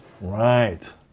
Right